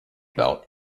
belt